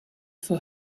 for